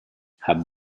have